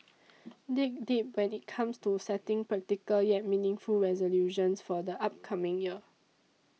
dig deep when it comes to setting practical yet meaningful resolutions for the upcoming year